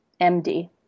MD